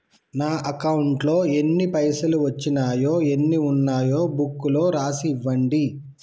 నా అకౌంట్లో ఎన్ని పైసలు వచ్చినాయో ఎన్ని ఉన్నాయో బుక్ లో రాసి ఇవ్వండి?